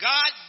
God